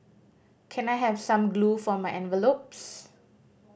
can I have some glue for my envelopes